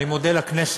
אני מודה לכנסת,